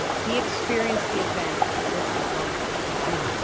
he experienced the event as if his wife had died.